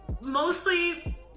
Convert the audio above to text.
mostly